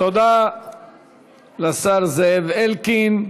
תודה לשר זאב אלקין.